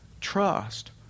trust